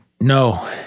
No